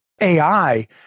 AI